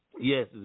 yes